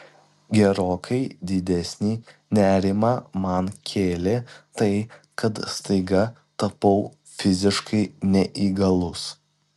gerokai didesnį nerimą man kėlė tai kad staiga tapau fiziškai neįgalus